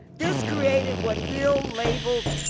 this created what he'll labeled,